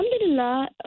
alhamdulillah